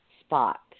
spot